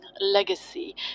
legacy